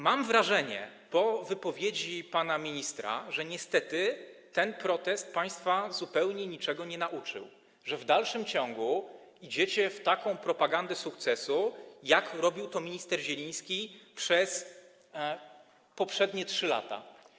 Mam wrażenie po wypowiedzi pana ministra, że niestety ten protest państwa zupełnie niczego nie nauczył, że w dalszym ciągu idziecie w taką propagandę sukcesu, tak jak robił to minister Zieliński przez poprzednie 3 lata.